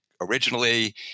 originally